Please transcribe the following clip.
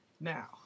Now